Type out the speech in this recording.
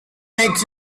makes